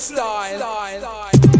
Style